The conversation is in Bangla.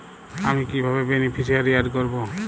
আমি কিভাবে বেনিফিসিয়ারি অ্যাড করব?